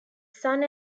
sun